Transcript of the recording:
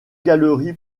galeries